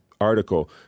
article